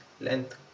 length